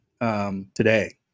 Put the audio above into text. today